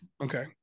Okay